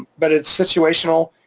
but it's situational.